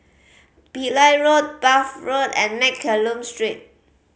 Pillai Road Bath Road and Mccallum Street